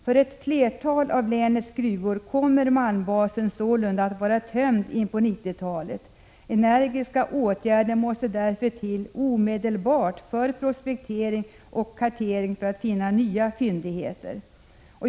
För ett flertal av länets gruvor kommer malmbasen sålunda att vara tömd en bit in på 1990-talet. Energiska åtgärder måste därför till omedelbart för prospektering och kartering för att finna nya fyndigheter.